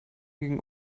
gegen